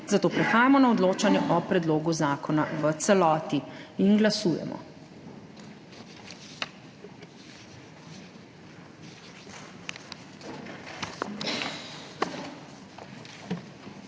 zato prehajamo na odločanje o predlogu zakona v celoti. Glasujemo.